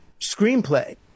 screenplay